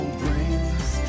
brings